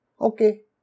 Okay